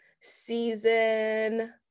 season